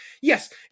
yes